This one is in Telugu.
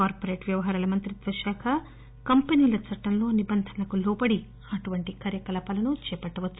కార్పొరేట్ వ్యవహారాల మంత్రిత్వ శాఖ కంపినీల చట్టంలో నిబంధనలకు లోబడి అటువంటి కార్యకలాపాలు చేపట్టవచ్చు